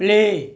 play